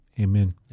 Amen